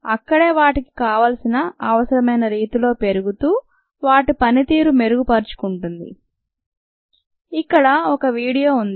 అక్కడే వాటికి కావాల్సిన అవసరమైన రీతిలో పెరుగుతూ వాటి పనితీరు మెరుగు పర్చుకుంటుంది ఇక్కడ ఒక వీడియో ఉంది